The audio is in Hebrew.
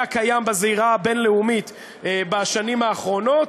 קיים בזירה הבין-לאומית בשנים האחרונות.